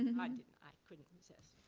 and and i couldn't i couldn't resist.